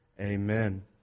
amen